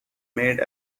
made